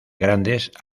grandes